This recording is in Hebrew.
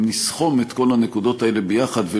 אם נסכום את כל הנקודות האלה יחד,